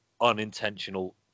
unintentional